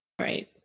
Right